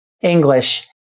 English